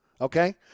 Okay